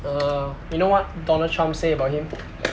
uh you know what donald trump say about him